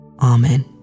Amen